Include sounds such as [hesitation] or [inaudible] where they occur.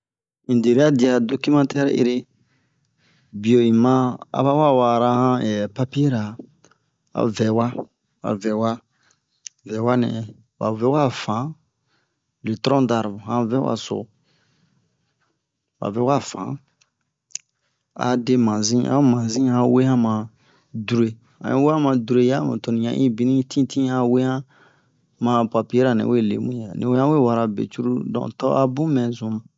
in deria dia dokimatɛri ere bio in ma a ba wa wa'a ra han [hesitation] papie ra a vɛwa a vɛwa vɛwa nɛ ba vɛ wa fan le tron darbre han vɛwa so ba vɛ wa fan a de manzi a'o manzi yan we han ma dure han yi wo han ma dure hamu toni yan yi bini tintin awe han ma han papiera nɛ we le mu yɛ ni han we wara be cruru don to a bun mɛ zun mu